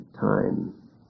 time